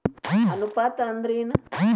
ಅನುಪಾತ ಅಂದ್ರ ಏನ್?